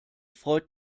freut